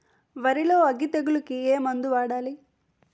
వరిలో అగ్గి తెగులకి ఏ మందు వాడాలి?